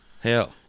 Hell